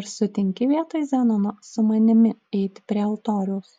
ar sutinki vietoj zenono su manimi eiti prie altoriaus